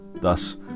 Thus